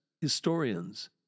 historians